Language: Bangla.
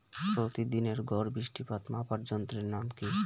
প্রতিদিনের গড় বৃষ্টিপাত মাপার যন্ত্রের নাম কি?